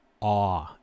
Awe